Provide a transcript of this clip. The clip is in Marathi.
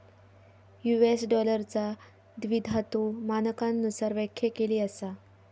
यू.एस डॉलरचा द्विधातु मानकांनुसार व्याख्या केली असा